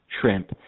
shrimp